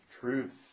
truth